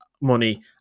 money